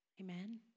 Amen